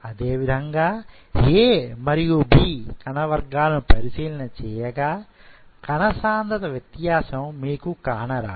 అదే విధంగా A మరియు B కణ వర్గాలను పరిశీలన చేయగా కణ సాంద్రత వ్యత్యాసం మీకు కానరాదు